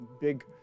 big